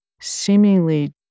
seemingly